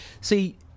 See